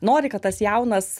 nori kad tas jaunas